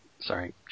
sorry